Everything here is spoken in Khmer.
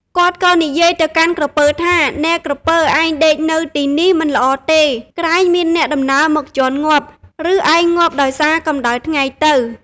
គាត់ក៏និយាយទៅកាន់ក្រពើថា នែក្រពើ! ឯងដេកនៅទីនេះមិនល្អទេ ក្រែងមានអ្នកដំណើរមកជាន់ងាប់ ឬឯងងាប់ដោយសារកម្ដៅថ្ងៃទៅ។